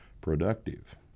productive